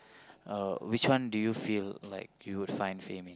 uh which one do you feel like you would find fame in